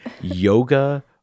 yoga